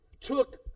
took